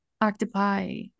octopi